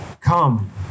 come